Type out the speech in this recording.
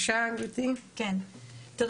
זה בסדר.